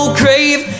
crave